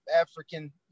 African